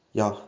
ja